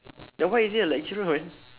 then why is he a lecturer man